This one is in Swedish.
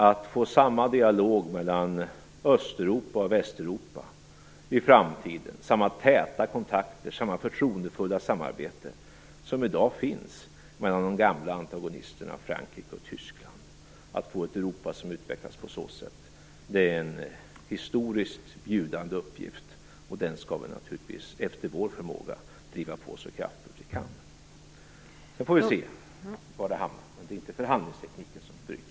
Att få samma dialog mellan Västeuropa och Östeuropa i framtiden, samma täta kontakter och samma förtroendefulla samarbete som i dag finns mellan de gamla antagonisterna Frankrike och Tyskland och ett Europa som utvecklas på så sätt är en historiskt bjudande uppgift, och den skall vi naturligtvis efter vår förmåga driva på så kraftfullt vi kan. Sedan får vi se var vi hamnar. Men det är inte förhandlingstekniken som tryter.